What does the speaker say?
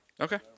Okay